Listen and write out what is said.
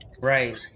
Right